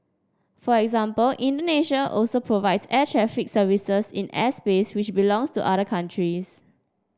for example Indonesia also provides air traffic services in airspace which belongs to other countries